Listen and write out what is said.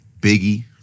Biggie